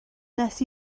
nes